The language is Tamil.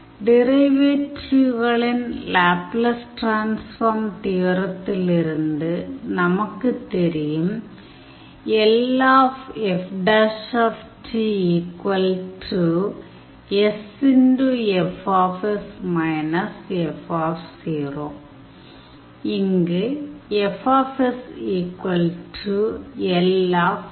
டிரைவேட்டிவ்களின் லேப்லஸ் டிரான்ஸ்ஃபார்ம் தியோரத்திலிருந்து நமக்குத் தெரியும் இங்கு fsLFt